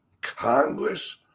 Congress